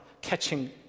catching